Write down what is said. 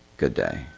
good day.